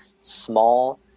small